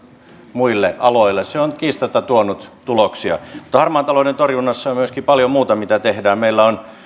muille aloille se on kiistatta tuonut tuloksia harmaan talouden torjunnassa on myöskin paljon muuta mitä tehdään meillä on